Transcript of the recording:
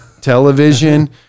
Television